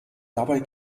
dabei